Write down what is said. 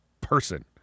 person